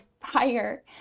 fire